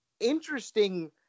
interesting